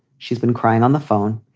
she's been crying on the phone,